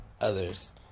others